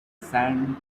sand